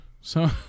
So-